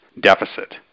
deficit